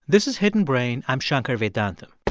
this is hidden brain. i'm shankar vedantam